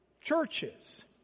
churches